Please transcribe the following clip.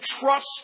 trust